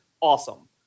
awesome